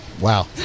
Wow